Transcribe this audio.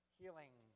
healing